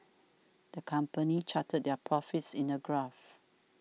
the company charted their profits in a graph